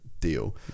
deal